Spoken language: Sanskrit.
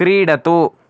क्रीडतु